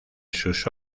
sus